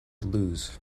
lose